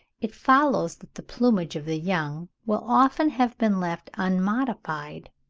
it follows that the plumage of the young will often have been left unmodified,